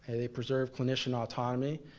they preserve clinician autonomy.